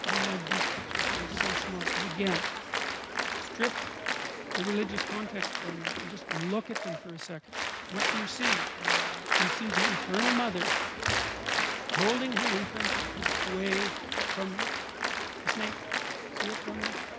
love these pictures they're so smart and again strip the religious context from them and just look at them for a second what, do you see you see the eternal mother holding her infant away from the snake see it down there